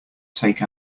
take